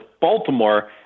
Baltimore